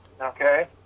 okay